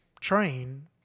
train